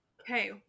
Okay